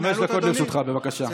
חמש דקות לרשותך, בבקשה.